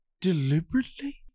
deliberately